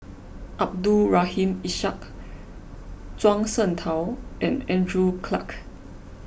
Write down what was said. Abdul Rahim Ishak Zhuang Shengtao and Andrew Clarke